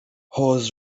حوض